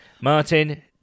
Martin